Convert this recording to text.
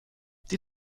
die